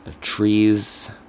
trees